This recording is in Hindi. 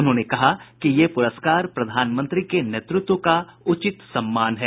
उन्होंने कहा कि ये पुरस्कार प्रधानमंत्री के नेतृत्व का उचित सम्मान है